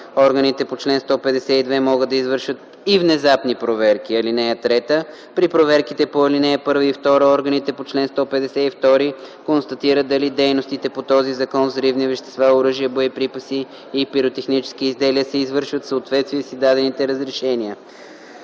Органите по чл. 152 могат да извършват и внезапни проверки. (3) При проверките по ал. 1 и 2 органите по чл. 152 констатират дали дейностите по този закон с взривни вещества, оръжия, боеприпаси и пиротехнически изделия се извършват в съответствие с издадените разрешения.